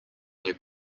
nie